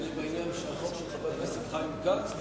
בעניין של החוק של חבר הכנסת חיים כץ.